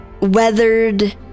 weathered